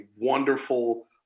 wonderful